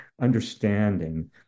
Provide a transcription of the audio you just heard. understanding